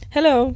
Hello